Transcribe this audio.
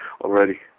already